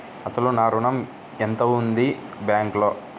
అసలు నా ఋణం ఎంతవుంది బ్యాంక్లో?